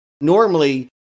Normally